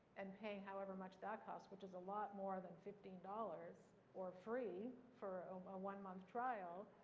and paying however much that costs, which is a lot more than fifteen dollars or free for a one month trial,